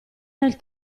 tal